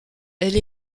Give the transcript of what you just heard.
elle